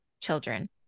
children